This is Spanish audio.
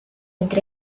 entre